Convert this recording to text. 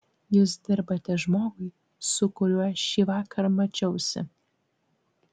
jūs dirbate žmogui su kuriuo šįvakar mačiausi